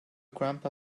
grandpa